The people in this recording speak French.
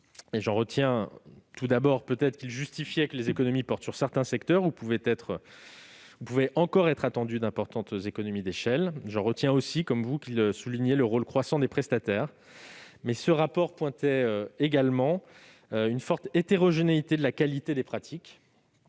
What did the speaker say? J'en retiens tout d'abord qu'il justifie que les économies portent sur certains secteurs où l'on peut encore attendre d'importantes économies d'échelles. J'en retiens aussi, comme vous, qu'il souligne le rôle croissant des prestataires. Cela étant, ce rapport pointe également une forte hétérogénéité de la qualité des pratiques.